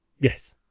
Yes